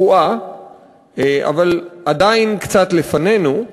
אבל עדיין קצת לפנינו,